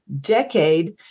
decade